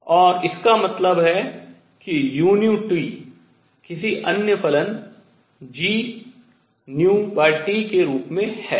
और इसका मतलब है कि u किसी अन्य फलन gνT के रूप में है